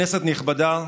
כנסת נכבדה,